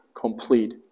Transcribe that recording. complete